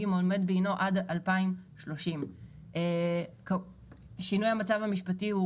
עומד בעינו עד 2030. שינוי המצב המשפטי,